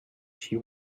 she